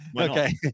Okay